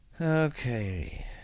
Okay